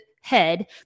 head